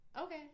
okay